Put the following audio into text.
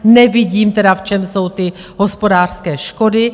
Nevidím tedy, v čem jsou ty hospodářské škody.